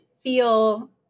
feel